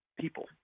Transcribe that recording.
people